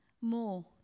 more